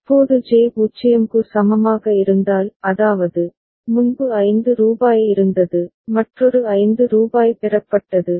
இப்போது ஜே 0 க்கு சமமாக இருந்தால் அதாவது முன்பு 5 ரூபாய் இருந்தது மற்றொரு ரூபாய் 5 பெறப்பட்டது